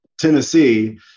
Tennessee